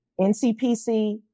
NCPC